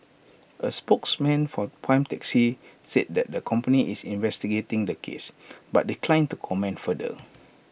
A spokesman for prime taxi said that the company is investigating the case but declined to comment further